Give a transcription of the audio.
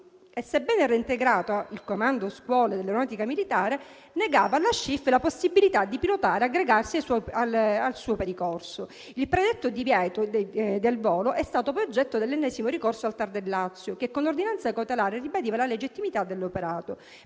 Sebbene reintegrata, il Comando scuole dell'Aeronautica militare negava alla Schiff la possibilità di pilotare e aggregarsi ai suoi paricorso. Il predetto divieto di volo è stato poi oggetto dell'ennesimo ricorso al TAR del Lazio, che, con ordinanza cautelare, ribadiva la legittimità dell'operato.